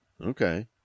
Okay